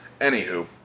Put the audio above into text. anywho